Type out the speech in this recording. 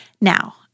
Now